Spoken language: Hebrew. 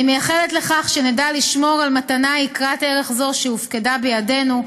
אני מייחלת לכך שנדע לשמור על מתנה יקרת ערך זאת שהופקדה בידינו,